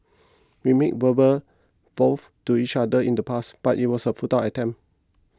we made verbal vows to each other in the past but it was a futile attempt